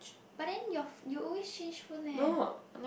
but then your you always change phone leh